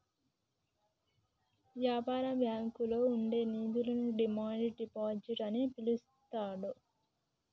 యాపార బ్యాంకుల్లో ఉండే నిధులను డిమాండ్ డిపాజిట్ అని పిలుత్తాండ్రు